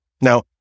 Now